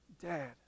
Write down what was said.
Dad